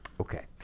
Okay